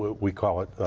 we call it